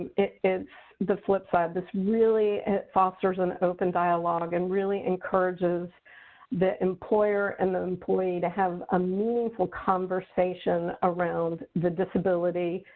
it's the flip side. this really it fosters an open dialogue and really encourages the employer and the employee to have a meaningful conversation around the disability,